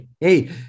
Hey